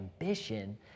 ambition